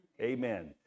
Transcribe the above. Amen